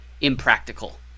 impractical